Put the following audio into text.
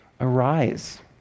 Arise